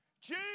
Jesus